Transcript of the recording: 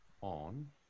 on